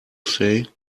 say